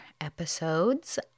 episodes